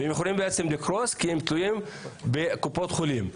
הם יכולים לקרוס כי הם תלויים בקופות החולים.